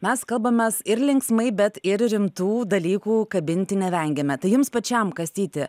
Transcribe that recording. mes kalbamės ir linksmai bet ir rimtų dalykų kabinti nevengiame tai jums pačiam kastyti